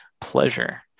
pleasure